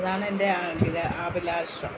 അതാണെൻ്റെ ആഗ്ര അഭിലാഷം